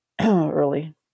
early